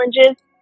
challenges